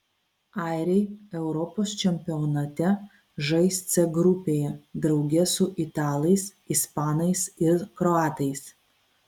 airiai europos čempionate žais c grupėje drauge su italais ispanais ir kroatais